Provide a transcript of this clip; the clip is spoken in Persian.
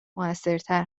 موثرتر